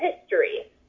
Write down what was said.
history